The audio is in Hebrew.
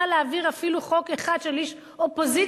להעביר אפילו חוק אחד של איש אופוזיציה,